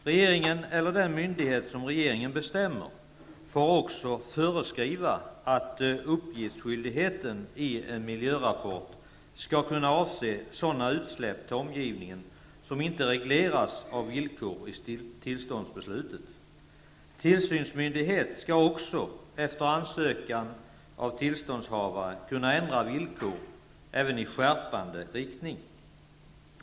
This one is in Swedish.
Regeringen eller den myndighet som regeringen bestämmer får också föreskriva att uppgiftsskyldigheten i en miljörapport skall kunna avse sådana utsläpp till omgivningen som inte regleras av villkor i tillståndsbeslutet. Tillsynsmyndighet skall också, efter ansökan av tillståndshavare, kunna ändra villkor även i skärpande riktning.